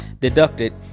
deducted